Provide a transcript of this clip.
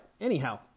Anyhow